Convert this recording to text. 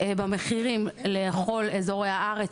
במחירים לכל אזורי הארץ,